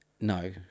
No